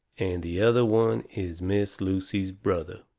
and the other one is miss lucy's brother.